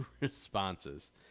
responses